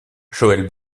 joëlle